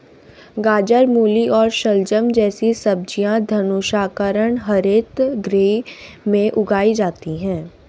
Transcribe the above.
गाजर, मूली और शलजम जैसी सब्जियां धनुषाकार हरित गृह में उगाई जाती हैं